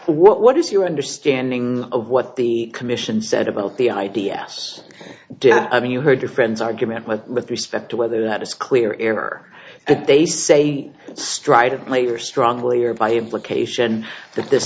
what is your understanding of what the commission said about the idea i mean you heard your friends argument but with respect to whether that is clear ever but they say stright of labor strongly or by implication that this